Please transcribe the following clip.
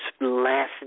last